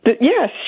Yes